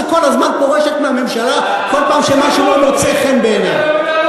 שכל הזמן פורשת מהממשלה כל פעם שמשהו לא מוצא חן בעיניה,